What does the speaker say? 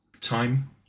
time